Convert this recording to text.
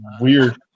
weird